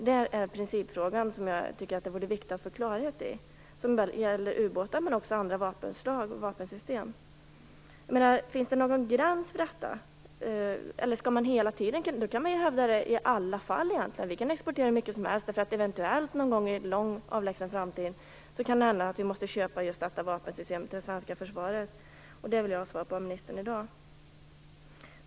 Det är en principfråga som jag tycker att det vore viktigt att få klarhet i. Den gäller ubåtar men också andra vapenslag och vapensystem. Finns det någon gräns för detta? Vi kan annars i egentligen alla fall hävda att vi kan utveckla nya vapensystem för export, eftersom vi eventuellt någon gång i en avlägsen framtid måste köpa just det vapensystemet till det svenska försvaret. Detta vill jag ha svar på av ministern i dag.